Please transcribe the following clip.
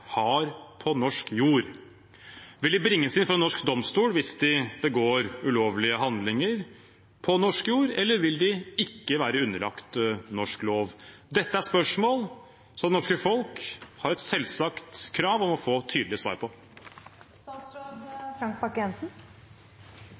har amerikanske militære på norsk jord? Vil de bringes inn for en norsk domstol hvis de begår ulovlige handlinger på norsk jord, eller vil de ikke være underlagt norsk lov? Dette er spørsmål som det norske folk har et selvsagt krav på å få et tydelig svar på.